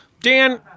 Dan